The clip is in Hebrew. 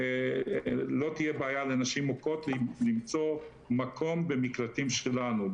לא תהיה בעיה לנשים מוכות למצוא מקום במקלטים שלנו.